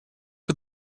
for